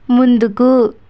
ముందుకు